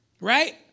Right